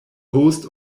host